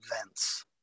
events